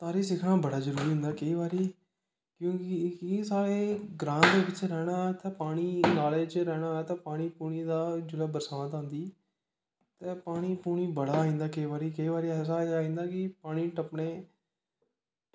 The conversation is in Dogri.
तारी सिक्खना बड़ा जरूरी होंदा केईं बारी क्योंकि साढ़े ग्रां दे बिच्च रैह्ना ते पाने नाले च रैह्ना होऐ ते पानी पूनी दा जिसलै बरसांत आंदी ते पानी पूना बड़ा आई जंदा केईं बारी केईं बारी ऐसा आई जंदा कि पानी टप्पने